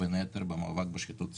בין היתר במאבק בשחיתות ציבורית.